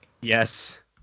Yes